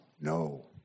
No